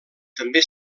també